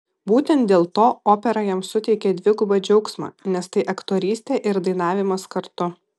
būtent dėl to opera jam suteikia dvigubą džiaugsmą nes tai aktorystė ir dainavimas kartu